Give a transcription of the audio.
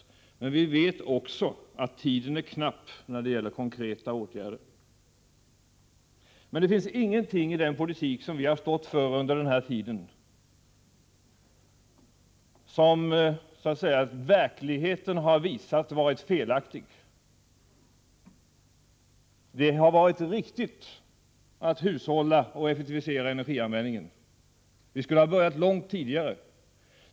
Men vi vet också att tiden är knapp när det gäller konkreta åtgärder. Det finns emellertid ingenting i den politik som vi stått för under den här tiden som så att säga verkligheten visat vara felaktigt. Det har varit riktigt att hushålla, och att effektivisera energianvändningen. Vi skulle ha börjat långt tidigare.